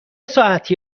ساعتی